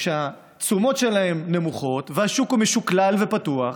כשהתשומות שלהם נמוכות והשוק הוא משוקלל ופתוח,